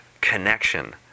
connection